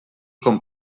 com